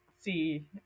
see